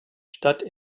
statt